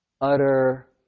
utter